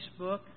Facebook